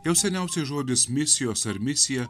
jau seniausiai žodis misijos ar misija